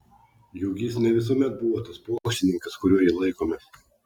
juk jis ne visuomet buvo tas pokštininkas kuriuo jį laikome